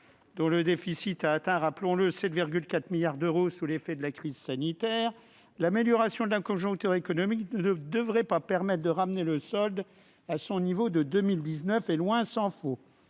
dont le déficit a atteint 7,4 milliards d'euros sous l'effet de la crise sanitaire, l'amélioration de la conjoncture économique ne devrait pas permettre de ramener le solde à son niveau de 2019, tant s'en faut.